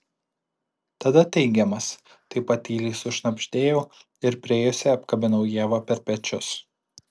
tada teigiamas taip pat tyliai sušnabždėjau ir priėjusi apkabinau ievą per pečius